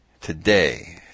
today